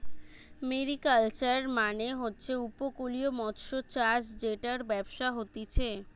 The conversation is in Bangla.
মেরিকালচার মানে হচ্ছে উপকূলীয় মৎস্যচাষ জেটার ব্যবসা হতিছে